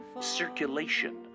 circulation